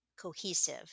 cohesive